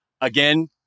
Again